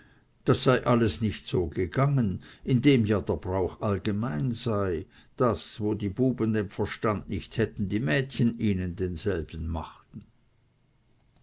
das sei alles nicht so gegangen indem ja der brauch allgemein sei daß wo die buben den verstand nicht hätten die mädchen ihnen denselben machten